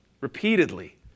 repeatedly